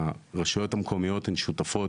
הרשויות המקומיות הן שותפות,